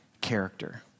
character